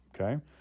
okay